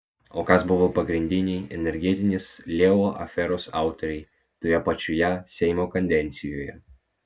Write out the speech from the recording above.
o kas buvo pagrindiniai energetinės leo aferos autoriai toje pačioje seimo kadencijoje